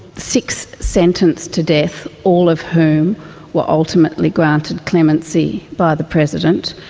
six sentenced to death, all of whom were ultimately granted clemency by the president.